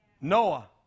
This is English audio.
Noah